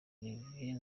olivier